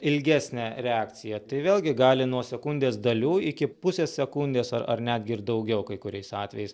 ilgesnę reakciją tai vėlgi gali nuo sekundės dalių iki pusės sekundės ar ar netgi ir daugiau kai kuriais atvejais